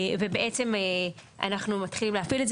ובעצם אנחנו מתחילים להפעיל את זה